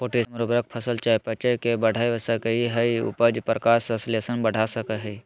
potassium उर्वरक फसल चयापचय के बढ़ा सकई हई, उपज, प्रकाश संश्लेषण बढ़ा सकई हई